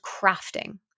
crafting